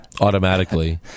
automatically